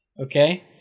okay